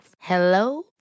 Hello